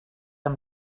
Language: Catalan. amb